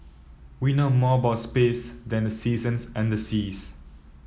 we know more about space than the seasons and the seas